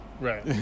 Right